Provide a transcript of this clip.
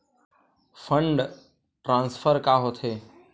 Fund transfer का होथे?